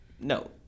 No